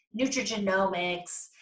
nutrigenomics